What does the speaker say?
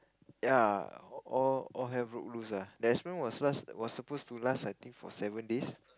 ya all all hell broke loose lah that experiment was last was supposed to last I think for seven days